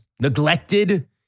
neglected